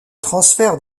transfert